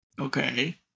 Okay